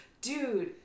dude